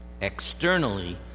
Externally